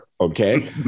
Okay